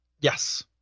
Yes